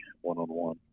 one-on-one